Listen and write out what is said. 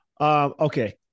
Okay